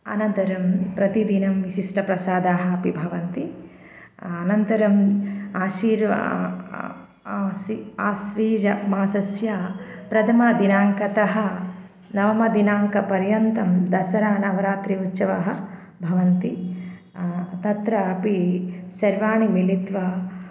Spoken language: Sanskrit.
अनन्तरं प्रतिदिनं विशिष्टप्रसादाः अपि भवन्ति अनन्तं आशिर्व् आसि आस्वीजमासस्य प्रथमदिनाङ्कतः नवमदिनाङ्कपर्यन्तं दसरानवरात्रिः उत्सवः भवन्ति तत्रापि सर्वाणि मिलित्वा